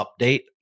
update